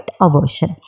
aversion